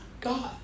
God